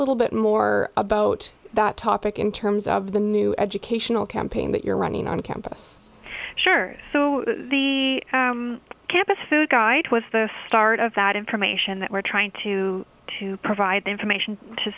little bit more about that topic in terms of the new educational campaign that you're running on campus sure so the campus food guide was the start of that information that we're trying to to provide information to